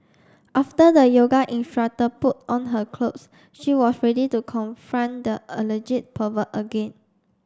after the yoga instructor put on her clothes she was ready to confront the alleged pervert again